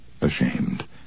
ashamed